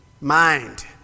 Mind